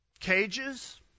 Cages